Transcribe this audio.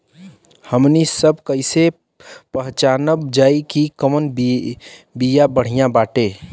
हमनी सभ कईसे पहचानब जाइब की कवन बिया बढ़ियां बाटे?